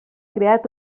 creat